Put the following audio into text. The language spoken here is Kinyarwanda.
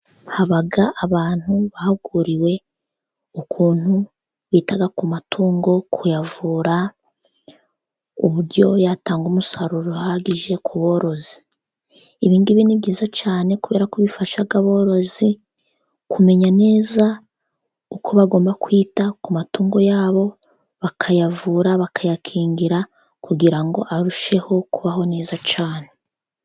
Habama abantu bahuguhuguriwe ukuntu bita ku matungo, kuyavura, ku buryo yatanga umusaruro uhagije ku borozi. Ibi ngibi ni byiza cyane kubera ko bifasha aborozi kumenya neza uko bagomba kwita ku matungo yabo, bakayavura bakayakingira kugira ngo arusheho kubaho neza cyane.